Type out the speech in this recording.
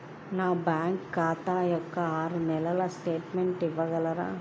నా బ్యాంకు ఖాతా యొక్క ఆరు నెలల స్టేట్మెంట్ ఇవ్వగలరా?